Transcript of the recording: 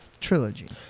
trilogy